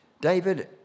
David